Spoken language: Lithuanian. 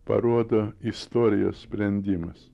parodo istorijos sprendimas